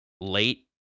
late